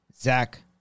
Zach